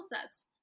sets